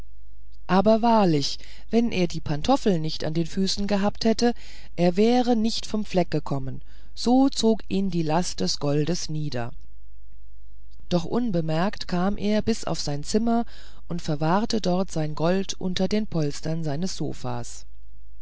aber wahrlich wenn er die pantoffel nicht an den füßen gehabt hätte er wäre nicht vom fleck gekommen so zog ihn die last des goldes nieder doch unbemerkt kam er bis auf sein zimmer und verwahrte dort sein gold unter den polstern seines sofas